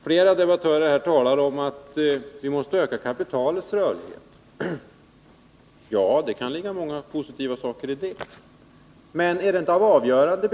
Flera meddebattörer talar om att vi måste öka kapitalets rörlighet, och det kan ligga många positiva möjligheter i det.